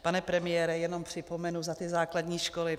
Pane premiére, jenom připomenu za ty základní školy.